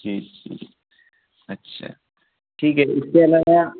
जी जी अच्छा ठीक है इसको ना